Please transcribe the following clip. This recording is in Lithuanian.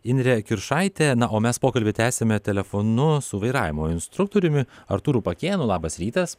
indrė kiršaitė na o mes pokalbį tęsiame telefonu su vairavimo instruktoriumi artūru pakėnu labas rytas